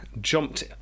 jumped